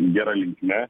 gera linkme